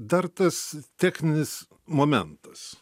dar tas techninis momentas